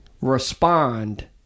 respond